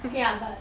okay lah but